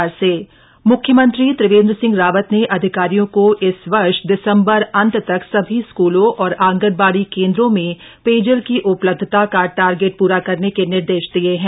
जल जीवन मिशन म्ख्यमंत्री त्रिवेन्द्र सिंह रावत ने अधिकारियों को इस वर्ष दिसम्बर अन्त तक सभी स्कूलों और आंगनबाड़ी केन्द्रों में पेयजल की उपलब्धता का टारेगट पूरा करने के निर्देश दिये हैं